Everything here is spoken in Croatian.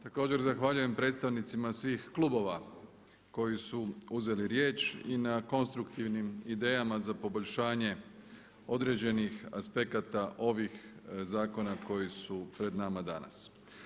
Također zahvaljujem predstavnicima svih klubova koji su uzeli riječ i na konstruktivnim idejama za poboljšanje određenih aspekata ovih zakona koji su pred nama danas.